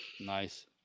Nice